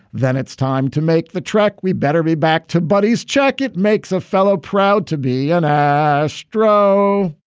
then it's time to make the trek. we better be back to buddies check. it makes a fellow proud to be an astro.